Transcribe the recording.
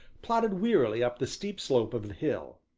plodded wearily up the steep slope of the hill.